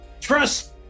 Trust